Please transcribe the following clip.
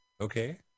Okay